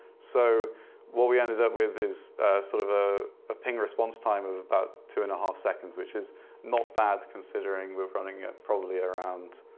so what we ended up with is sort of ah a ping response time of about two and a half seconds, which is not bad considering we're running at, probably around,